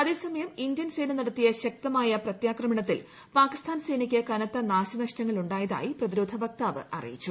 അതേസമയം ഇന്ത്യൻ സേന നട്ടത്തിയ് ശക്തമായ പ്രത്യാക്രമണത്തിൽ പാകിസ്ഥാൻ ്സേനയ്ക്ക് കനത്ത നാശനഷ്ടങ്ങൾ ഉണ്ടായത്യി ്രപതിരോധ വക്താവ് അറിയിച്ചു